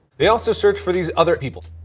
they also searched for these other people.